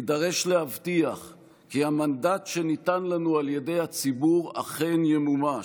נידרש להבטיח כי המנדט שניתן לנו על ידי הציבור אכן ימומש,